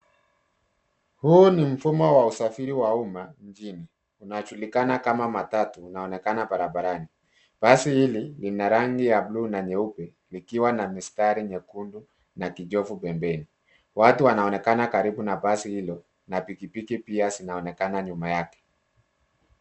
Huu ni mfumo wa usafiri wa umma mjini. Unajulikana kama matatu unaonekana barabarani. Basi hili lina rangi ya bluu na nyeupe likiwa na mistari nyekundu na kijivu pembeni. Watu wanaonekana karibu na basi hilo na pikipiki pia zinaonekana nyuma yake.